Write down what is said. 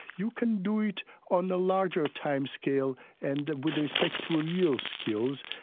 you can do it on the larger time scale and with respect to real skills,